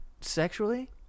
Sexually